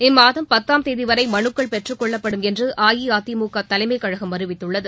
இம்மாதம் பத்தாம் தேதி வரை மனுக்கள் பெற்றுக் கொள்ளப்படும் என்று அஇஅதிமுக தலைமைக் கழகம் அறிவித்துள்ளது